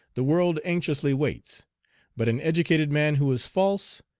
the world anxiously waits but an educated man who is false,